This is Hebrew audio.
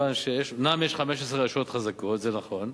אומנם יש 15 רשויות חזקות, זה נכון,